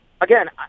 Again